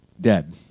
dead